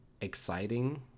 exciting